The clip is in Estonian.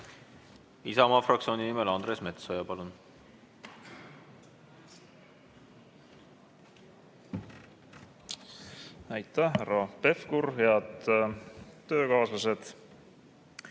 Isamaa fraktsiooni nimel Andres Metsoja, palun! Aitäh, härra Pevkur! Head töökaaslased!